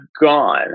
gone